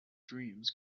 dreams